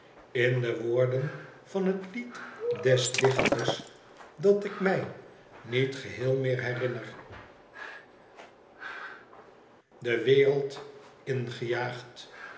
in de woorden van het lied des dichters dat ik mij niet geheel meer herinner de wereld ingejaagd